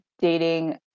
dating